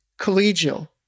collegial